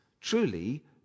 truly